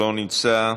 לא נמצא,